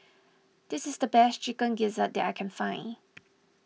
this is the best Chicken Gizzard that I can find